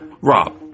Rob